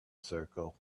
circle